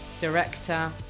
director